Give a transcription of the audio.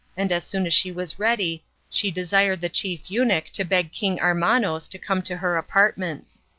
and as soon as she was ready she desired the chief eunuch to beg king armanos to come to her apartments.